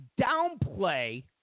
downplay